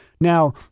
Now